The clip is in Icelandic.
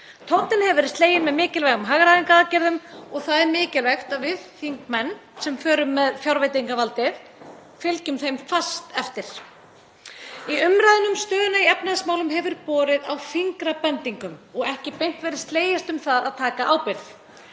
Tónninn hefur verið sleginn með mikilvægum hagræðingaraðgerðum og það er mikilvægt að við þingmenn, sem förum með fjárveitingavaldið, fylgjum þeim fast eftir. Í umræðunni um stöðuna í efnahagsmálum hefur borið á fingrabendingum og ekki beint verið slegist um að taka ábyrgð.